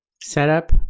setup